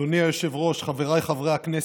אדוני היושב-ראש, חבריי חברי הכנסת,